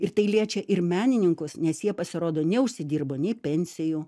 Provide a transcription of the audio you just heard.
ir tai liečia ir menininkus nes jie pasirodo neužsidirbo nei pensijų